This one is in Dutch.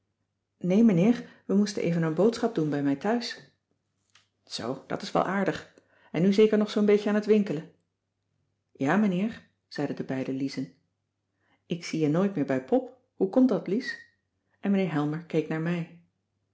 nee meneer we moesten even een boodschap doen bij mij thuis cissy van marxveldt de h b s tijd van joop ter heul zoo dat is wel aardig en nu zeker nog zoo'n beetje aan t winkelen ja meneer zeiden de beide liezen ik zie je nooit meer bij pop hoe komt dat lies en mijnheer helmer keek naar mij